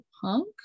punk